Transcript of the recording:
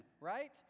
Right